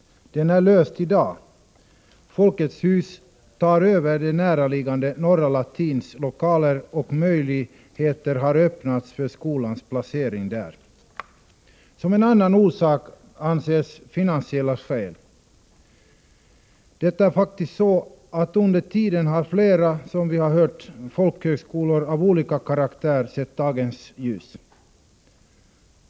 Den är löst i dag. Folkets hus tar över det näraliggande Norra latins lokaler, och möjligheter har öppnats för skolans placering där. Som en annan orsak anges finansiella skäl. Det är faktiskt så, att under tiden har, som vi hört, flera folkhögskolor av olika karaktär sett dagens ljus.